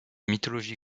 mythologie